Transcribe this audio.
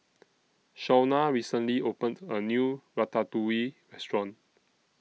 Shaunna recently opened A New Ratatouille Restaurant